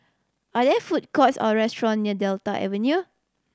are there food courts or restaurant near Delta Avenue